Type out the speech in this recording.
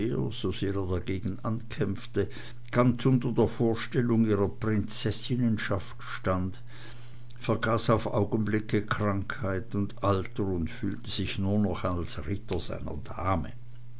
dagegen ankämpfte ganz unter der vorstellung ihrer prinzessinnenschaft stand vergaß auf augenblicke krankheit und alter und fühlte sich nur noch als ritter seiner dame